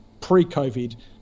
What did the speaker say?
pre-COVID